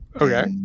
Okay